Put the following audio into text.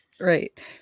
Right